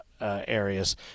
areas